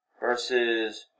versus